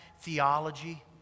theology